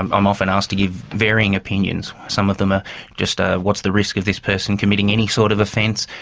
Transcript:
i'm um often asked to give varying opinions, some of them ah just ah what's the risk of this person committing any sort of offence,